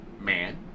Man